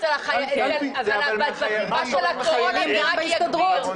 אבל בזמן הקורונה, זה רק יגביר.